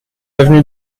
avenue